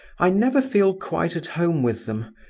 i never feel quite at home with them,